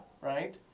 Right